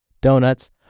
donuts